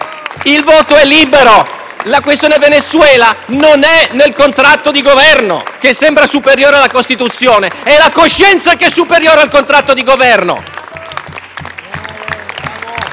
Il voto è libero; la questione Venezuela non è nel contratto di Governo, che sembra superiore alla Costituzione. È la coscienza che è superiore al contratto di Governo!